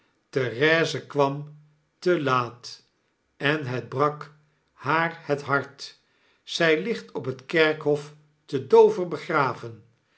therese kwam te laat en het brak haar het hart zg ligt op het kerkhof t e dover begraven